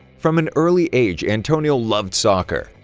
from an early age, antonio loved soccer.